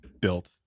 built